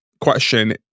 question